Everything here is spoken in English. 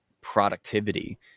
productivity